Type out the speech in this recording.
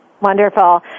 wonderful